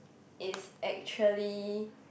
is actually